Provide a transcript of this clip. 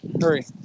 Hurry